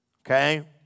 okay